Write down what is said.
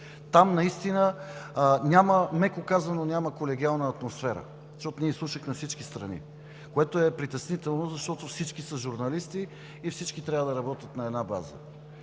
казано, няма колегиална атмосфера, защото ние изслушахме всички страни, което е притеснително, защото всички са журналисти и всички трябва да работят на една база.